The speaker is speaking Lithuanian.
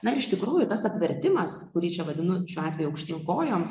na iš tikrųjų tas apvertimas kurį čia vadinu šiuo atveju aukštyn kojom